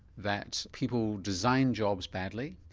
that people designed jobs badly,